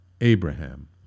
Abraham